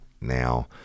Now